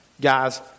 Guys